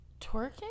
Twerking